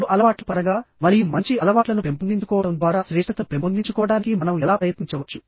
చెడు అలవాట్ల పరంగామరియు మంచి అలవాట్లను పెంపొందించుకోవడం ద్వారా శ్రేష్ఠతను పెంపొందించుకోవడానికి మనం ఎలా ప్రయత్నించవచ్చు